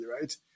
right